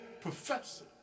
professor